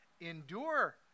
Endure